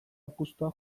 apustua